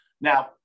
Now